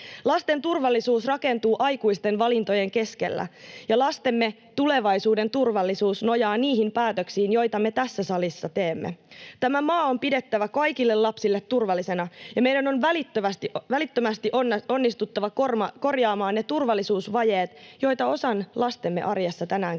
Lasten turvallisuus rakentuu aikuisten valintojen keskellä. Lastemme tulevaisuuden turvallisuus nojaa niihin päätöksiin, joita me tässä salissa teemme. Tämä maa on pidettävä kaikille lapsille turvallisena. Meidän on välittömästi onnistuttava korjaamaan ne turvallisuusvajeet, joita osan lastemme arjessa tänäänkin on.